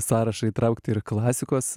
sąrašą įtraukti ir klasikos